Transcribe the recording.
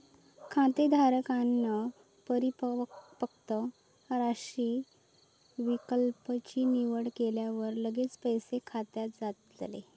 खातेधारकांन परिपक्व राशी विकल्प ची निवड केल्यावर लगेच पैसे खात्यात जातले